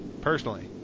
personally